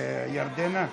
ירדנה,